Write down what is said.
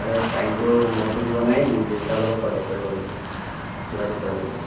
sir ফাইনটো মইতো দিব নোৱাৰিম দেউতাৰ লগত কন্টেক কৰিব লাগিব যোগাযোগ কৰিব লাগিব